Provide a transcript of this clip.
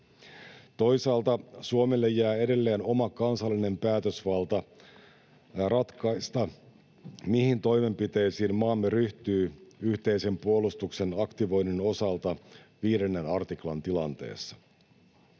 Toisaalta Suomelle jää edelleen oma kansallinen päätösvalta ratkaista, mihin toimenpiteisiin maamme ryhtyy yhteisen puolustuksen aktivoinnin osalta 5 artiklan tilanteessa.